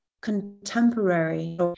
contemporary